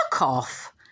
off